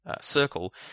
circle